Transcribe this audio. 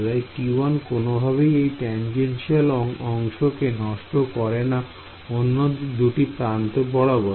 তাই T1 কোনভাবেই এর টানজেনশিয়াল অংশকে নষ্ট করে না অন্য দুটি প্রান্ত বরাবর